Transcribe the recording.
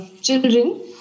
children